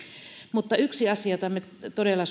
mutta yksi asia jota me me todella